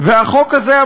והחוק הזה,